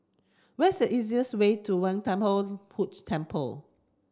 what's the easiest way to Kwan Temple Temple